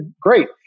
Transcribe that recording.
Great